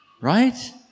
right